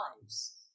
lives